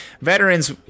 veterans